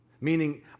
meaning